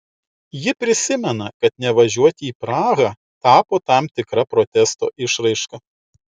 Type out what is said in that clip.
ji prisimena kad nevažiuoti į prahą tapo tam tikra protesto išraiška